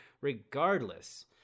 regardless